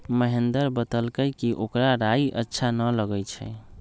महेंदर बतलकई कि ओकरा राइ अच्छा न लगई छई